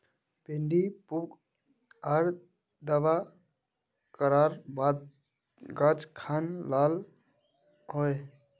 भिन्डी पुक आर दावा करार बात गाज खान लाल होए?